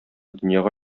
дөньяга